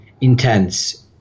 intense